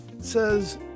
says